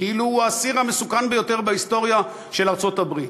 כאילו הוא האסיר המסוכן ביותר בהיסטוריה של ארצות-הברית.